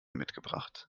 mitgebracht